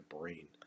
brain